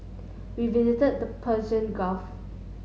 we visited the Persian Gulf